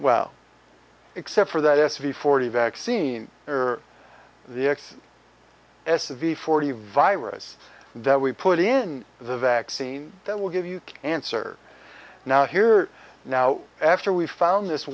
well except for that s v forty vaccine or the x s v forty virus that we put in the vaccine that will give you cancer now here now after we found this